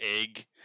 egg